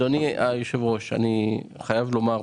אדוני היושב ראש, אני חייב לומר פה,